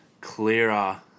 clearer